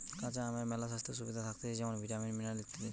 কাঁচা আমের মেলা স্বাস্থ্য সুবিধা থাকতিছে যেমন ভিটামিন, মিনারেল ইত্যাদি